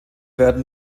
werden